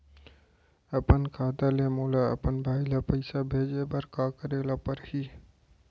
अपन खाता ले मोला अपन भाई ल पइसा भेजे बर का करे ल परही?